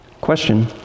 Question